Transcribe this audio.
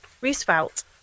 Roosevelt